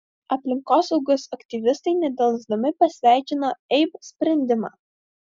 aplinkosaugos aktyvistai nedelsdami pasveikino eib sprendimą